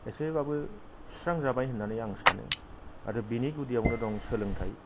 एसेबाबो सुस्रांजाबाय होन्ना आं सानो आरो बेनि गुदियावनो दं सोलोंथाइ